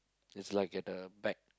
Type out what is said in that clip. it's like at the back